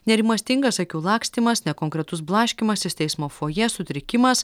nerimastingas akių lakstymas nekonkretus blaškymasis teismo fojė sutrikimas